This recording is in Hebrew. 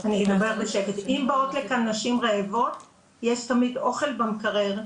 אם באות לכאן נשים רעבות יש תמיד אוכל במקרר.